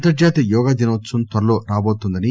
అంతర్జాతీయ యోగా దినోత్సవం త్సరలో రాబోతోందని